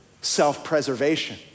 self-preservation